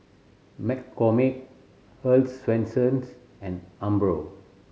McCormick Earl's Swensens and Umbro